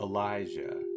Elijah